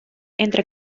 entre